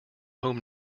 home